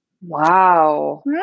Wow